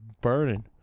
burning